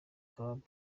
club